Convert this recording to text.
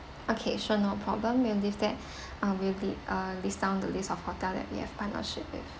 okay sure no problem we'll leave that uh we'll be uh list down the list of hotel that we have partnership with